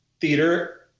theater